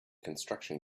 construction